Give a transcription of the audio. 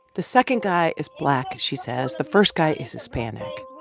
the second guy is black, she says. the first guy is hispanic.